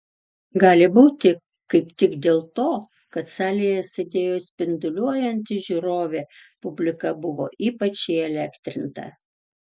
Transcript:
gali būti kaip tik dėl to kad salėje sėdėjo spinduliuojanti žiūrovė publika buvo ypač įelektrinta